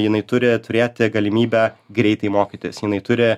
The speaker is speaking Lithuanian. jinai turi turėti galimybę greitai mokytis jinai turi